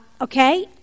Okay